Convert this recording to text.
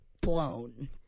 blown